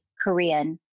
Korean